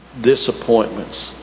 Disappointments